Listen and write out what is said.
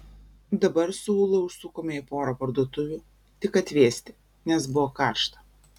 dabar su ūla užsukome į porą parduotuvių tik atvėsti nes buvo karšta